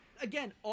again